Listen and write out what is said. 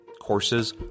courses